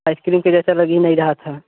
ice cream के जैसा लग ही नहीं रहा था